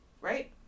right